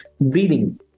breathing